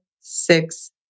six